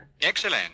Excellent